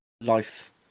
life